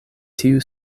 tiu